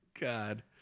God